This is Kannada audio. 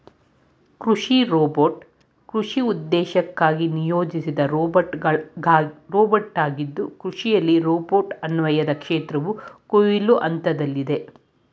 ಕೃಷಿ ರೋಬೋಟ್ ಕೃಷಿ ಉದ್ದೇಶಕ್ಕಾಗಿ ನಿಯೋಜಿಸಿದ ರೋಬೋಟಾಗಿದ್ದು ಕೃಷಿಯಲ್ಲಿ ರೋಬೋಟ್ ಅನ್ವಯದ ಕ್ಷೇತ್ರವು ಕೊಯ್ಲು ಹಂತದಲ್ಲಿದೆ